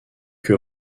que